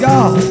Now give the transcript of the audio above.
God